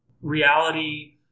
reality